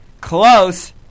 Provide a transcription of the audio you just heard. Close